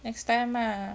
next time ah